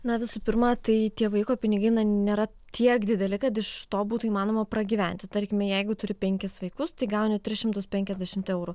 na visų pirma tai tie vaiko pinigai nėra tiek dideli kad iš to būtų įmanoma pragyventi tarkime jeigu turi penkis vaikus tai gauni tris šimtus penkiasdešim eurų